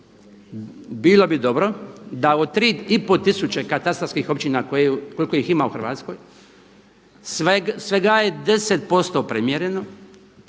bilo bi dobro da od 3,5 tisuće katastarskih općina koliko ih ima u Hrvatskoj svega je 10% premjereno,